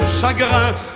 chagrin